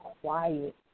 quiet